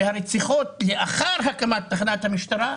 והרציחות לאחר הקמת המשטרה עלו.